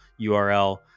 URL